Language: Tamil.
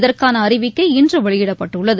இதற்கான அறிவிக்கை இன்று வெளியிடப்பட்டுள்ளது